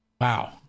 wow